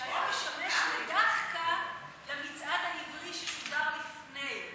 שהיה משמש ל"דאחקה" למצעד העברי ששודר לפני כן.